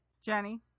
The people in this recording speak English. Jenny